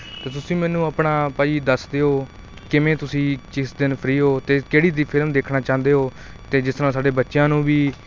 ਅਤੇ ਤੁਸੀਂ ਮੈਨੂੰ ਆਪਣਾ ਭਾਅ ਜੀ ਦੱਸ ਦਿਓ ਕਿਵੇਂ ਤੁਸੀਂ ਜਿਸ ਦਿਨ ਫ੍ਰੀ ਹੋ ਅਤੇ ਕਿਹੜੀ ਦੀ ਫਿਲਮ ਦੇਖਣਾ ਚਾਹੁੰਦੇ ਹੋ ਅਤੇ ਜਿਸ ਨਾਲ ਸਾਡੇ ਬੱਚਿਆਂ ਨੂੰ ਵੀ